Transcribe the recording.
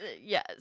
yes